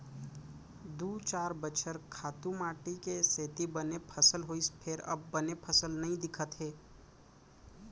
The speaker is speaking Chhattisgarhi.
दू चार बछर खातू माटी के सेती बने फसल होइस फेर अब बने फसल नइ दिखत हे